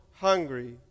hungry